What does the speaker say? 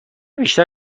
بیشتر